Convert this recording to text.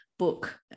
Book